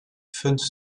funds